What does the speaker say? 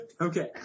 Okay